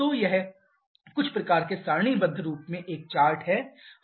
तो यह कुछ प्रकार के सारणीबद्ध रूप में एक चार्ट है